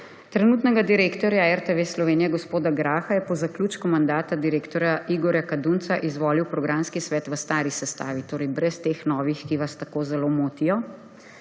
Trenutnega direktorja RTV Slovenija gospoda Graha je po zaključku mandata direktorja Igorja Kadunca izvolil programski svet v stari sestavi, brez teh novih, ki vas tako zelo motijo.